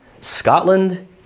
Scotland